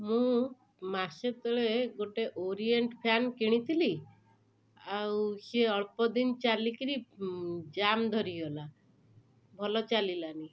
ମୁଁ ମାସେ ତଳେ ଗୋଟେ ଓରିଏଣ୍ଟ ଫ୍ୟାନ କିଣିଥିଲି ଆଉ ସିଏ ଅଳ୍ପ ଦିନ ଚାଲିକିରି ଜାମ ଧରିଗଲା ଭଲ ଚାଲିଲାନି